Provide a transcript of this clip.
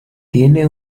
tiene